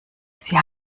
sie